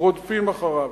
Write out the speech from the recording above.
רודפים אחריו.